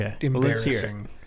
embarrassing